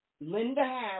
Linda